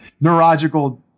neurological